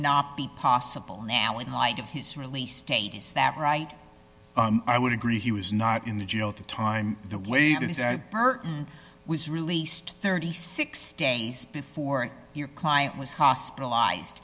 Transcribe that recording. not be possible now in light of his release date is that right i would agree he was not in the jail at the time the way it is that burton was released thirty six days before your client was hospitalized